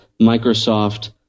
Microsoft